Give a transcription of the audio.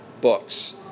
books